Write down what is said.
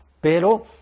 Pero